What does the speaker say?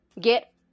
Get